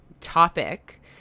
topic